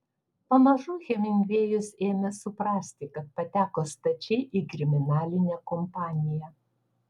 pamažu hemingvėjus ėmė suprasti kad pateko stačiai į kriminalinę kompaniją